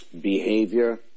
behavior